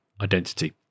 identity